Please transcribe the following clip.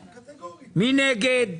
מי בעד קבלת ההסתייגות?